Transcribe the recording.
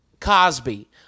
Cosby